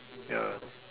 ya